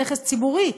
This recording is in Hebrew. נכס ציבורי,